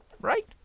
right